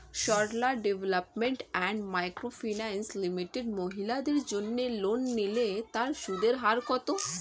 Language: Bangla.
Sarala development and micro finance limited মহিলাদের জন্য লোন নিলে তার সুদের হার কত?